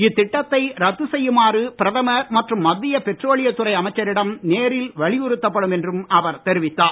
இத்திட்டத்தை ரத்து செய்யுமாறு பிரதமர் மற்றும் மத்திய பெட்ரோலியத்துறை அமைச்சரிடம் நேரில் வலியுறுத்தப்படும் என்றும் அவர் தெரிவித்தார்